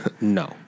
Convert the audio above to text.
No